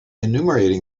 enumerating